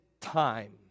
time